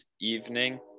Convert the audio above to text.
evening